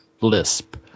lisp